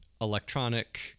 electronic